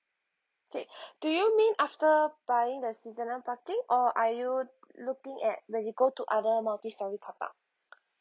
okay do you mean after buying the seasonal parking or are you looking at when you go to other multi storey car park